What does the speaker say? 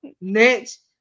Next